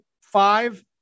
five